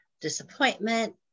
disappointment